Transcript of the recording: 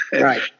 Right